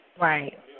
Right